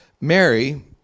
Mary